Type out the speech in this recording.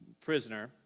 prisoner